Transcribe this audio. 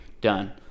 Done